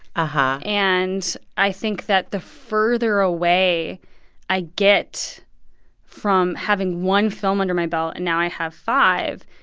ah ah and i think that the further away i get from having one film under my belt, and now i have five,